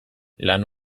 lan